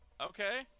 Okay